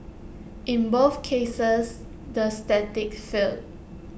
in both cases the static failed